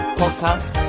podcast